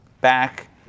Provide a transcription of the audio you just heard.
back